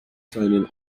signing